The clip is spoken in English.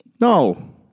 No